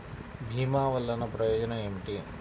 భీమ వల్లన ప్రయోజనం ఏమిటి?